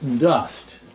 dust